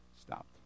stopped